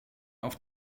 auf